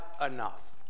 enough